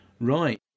Right